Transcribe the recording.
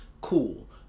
cool